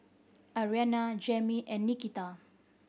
Arianna Jamie and Nikita